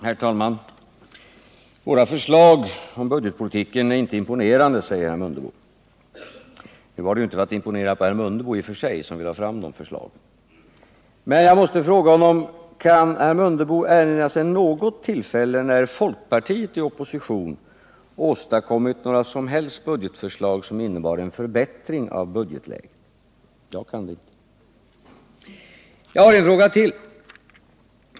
Herr talman! Våra förslag om budgetpolitiken är inte imponerande, säger herr Mundebo. Nu var det i och för sig inte för att imponera på herr Mundebo som vi lade fram dem. Men jag måste fråga honom: Kan herr Mundebo erinra sig något tillfälle när folkpartiet i opposition åstadkommit något som helst budgetförslag som inneburit en förbättring av budgetläget? Jag kan det inte. Jag har en fråga till.